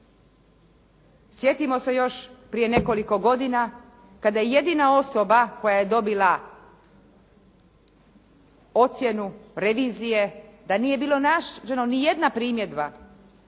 Sjetimo se još prije nekoliko godina kada je jedina osoba koja je dobila ocjenu revizije da nije bilo nađeno ni jedna primjedba